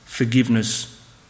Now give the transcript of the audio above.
Forgiveness